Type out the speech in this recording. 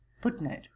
Footnote